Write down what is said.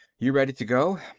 you ready to go?